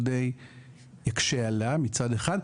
אלא די יקשה עליה מצד אחד,